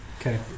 Okay